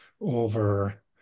over